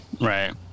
right